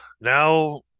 Now